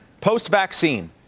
Post-vaccine